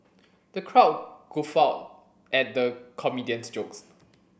the crowd guffawed at the comedian's jokes